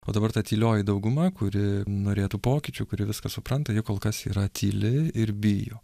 o dabar ta tylioji dauguma kuri norėtų pokyčių kurie viską supranta jie kol kas yra tyli ir bijo